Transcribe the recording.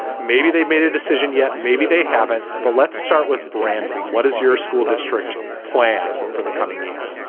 maybe they made a decision yet. maybe they haven't. but let's start with brandon. what is your school district plan for the coming year?